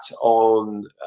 on